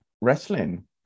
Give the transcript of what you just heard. wrestling